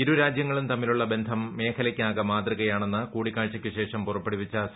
ഇരുരാജ്യങ്ങളും തമ്മിലുള്ള ബന്ധം മേഖലയ്ക്കാകെ മാതൃകയാണെന്ന് കൂടിക്കാഴ്ചയ്ക്കു ശേഷം പുറപ്പെടുവിച്ച അറിയിച്ചു